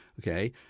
okay